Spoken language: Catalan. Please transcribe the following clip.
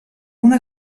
una